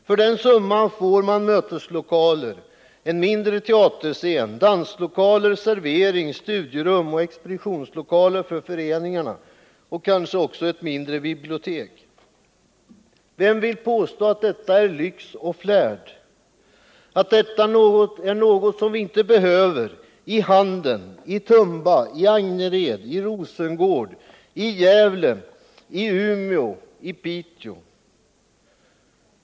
För den summan får man möteslokaler, en mindre teaterscen, danslokaler, servering, studierum och expeditionslokaler för föreningarna och kanske också ett mindre bibliotek. Vem vill påstå att detta är lyx och flärd, att detta är något som vi inte behöver i Handen, i Tumba, i Angered, i Rosengård, i Gävle, i Umeå, i Piteå?